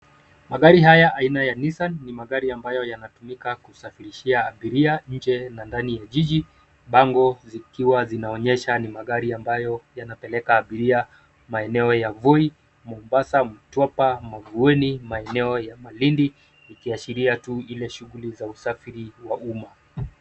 Magari haya aina ya Nissan ni magari ambayo yanatumika kusafirishia abiria nje na ndani ya jiji bango zikiwa zinaonyesha ni magari ambayo yanapeleka abiria maeneo ya Voi, Mombasa, Mtwapa, Mavueni maeneo ya malindi, ikiashiria tu ile shughuli za usafiri wa umma.